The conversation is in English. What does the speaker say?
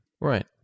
Right